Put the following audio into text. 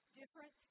different